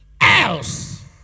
else